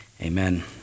amen